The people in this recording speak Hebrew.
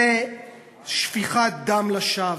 זה שפיכת דם לשווא.